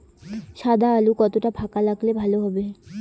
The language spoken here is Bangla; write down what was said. সাদা আলু কতটা ফাকা লাগলে ভালো হবে?